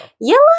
Yellow